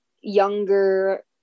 younger –